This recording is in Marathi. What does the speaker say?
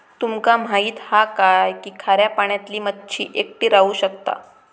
तुमका माहित हा काय की खाऱ्या पाण्यातली मच्छी एकटी राहू शकता